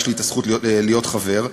שבה יש לי הזכות להיות חבר,